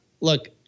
look –